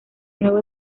nuevo